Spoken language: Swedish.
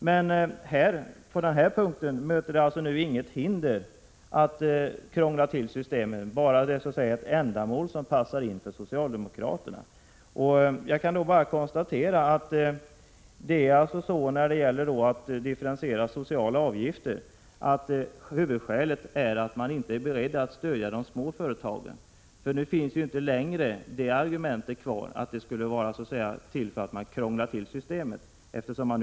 Men i detta fall möter det alltså inget hinder att krångla till systemet, bara ändamålet passar in för socialdemokraterna. Jag kan bara konstatera att huvudskälet mot att differentiera sociala avgifter är att man inte är beredd att stödja de små företagen. Argumentet att det skulle innebära att man krånglade till systemet finns inte längre kvar.